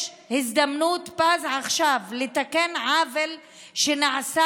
יש הזדמנות פז עכשיו לתקן עוול שנעשה